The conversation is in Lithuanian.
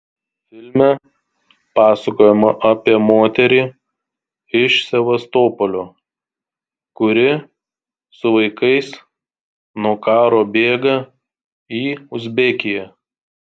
filme pasakojama apie moterį iš sevastopolio kuri su vaikais nuo karo bėga į uzbekiją